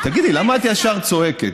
תגידי, למה את ישר צועקת?